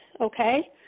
okay